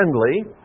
friendly